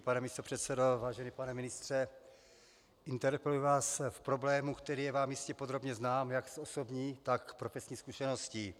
Pane místopředsedo, vážený pane ministře, interpeluji vás v problému, který je vám jistě podrobně znám jak z osobní, tak profesní zkušenosti.